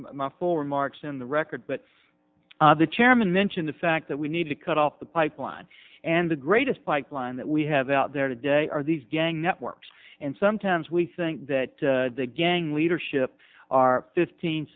my full remarks in the record but the chairman mention the that we need to cut off the pipeline and the greatest pipeline that we have out there today are these gang networks and sometimes we think that the gang leadership are fifteen